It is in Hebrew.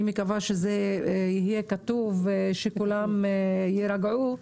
מקווה שזה יהיה כתוב כדי שכולם ירגעו,